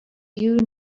you